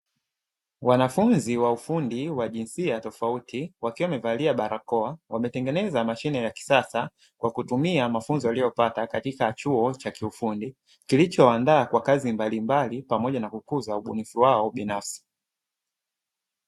Wanafunzi wa ufundi wa jinsia tofauti, wakiwa wamevalia barakoa, wametenngeneza mashine ya kisasa kwa kutumia mafunzo waliyopata katika chuo cha kiufundi, kilichowaandaa kwa kazi mbalimbali pamoja na kukuza ubunifu wao binafsi.